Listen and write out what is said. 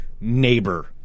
neighbor